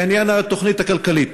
בעניין התוכנית הכלכלית